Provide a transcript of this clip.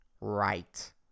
right